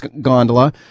gondola